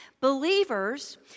Believers